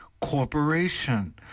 corporation